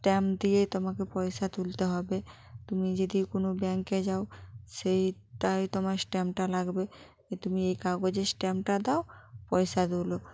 stamp দিয়ে তোমাকে পয়সা তুলতে হবে তুমি যদি কোনো ব্যাঙ্কে যাও সেইটায় তোমায় স্ট্যাম্পটা লাগবে তুমি এই কাগজে স্ট্যাম্পটা দাও পয়সাগুলো